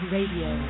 Radio